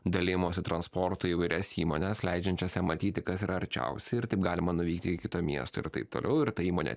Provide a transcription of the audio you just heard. dalijimosi transportu įvairias įmones leidžiančias matyti kas yra arčiausiai ir taip galima nuvykti į kitą miestą ir taip toliau ir ta įmonė